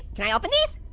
can i open these,